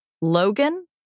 Logan